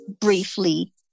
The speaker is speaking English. briefly